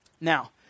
Now